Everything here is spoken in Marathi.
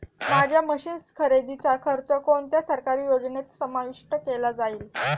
माझ्या मशीन्स खरेदीचा खर्च कोणत्या सरकारी योजनेत समाविष्ट केला जाईल?